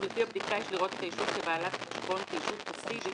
ולפי הבדיקה יש לראות את הישות בעלת החשבון כישות פסיבית